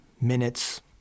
minutes